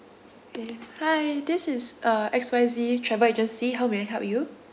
okay hi this is uh X Y Z travel agency how may I help you